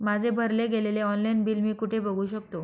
माझे भरले गेलेले ऑनलाईन बिल मी कुठे बघू शकतो?